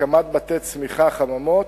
הקמת בתי-צמיחה, חממות,